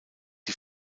die